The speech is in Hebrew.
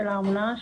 של האומנה,